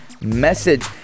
Message